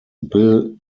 bill